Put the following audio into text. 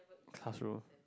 classroom